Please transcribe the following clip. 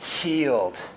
healed